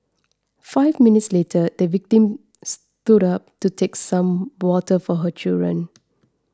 five minutes later the victim stood up to take some water for her children